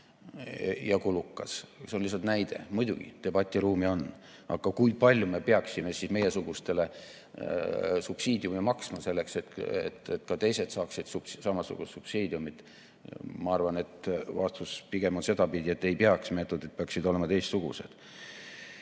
ja kulukas. See on lihtsalt näide. Muidugi, debatiruumi on. Aga kui palju me peaksime siis meiesugustele subsiidiumi maksma, selleks et ka teised saaksid samasugust subsiidiumi? Ma arvan, et vastus on pigem sedapidi, et ei peaks. Meetodid peaksid olema teistsugused.